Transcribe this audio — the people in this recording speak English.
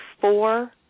four